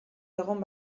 egon